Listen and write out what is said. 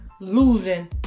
losing